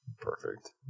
perfect